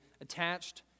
attached